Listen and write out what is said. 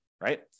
right